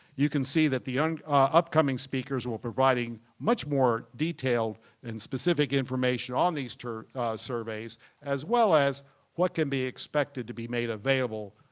you can see that the and upcoming speakers will providing much more detailed and specific information on these surveys as well as what can be expected to be made available,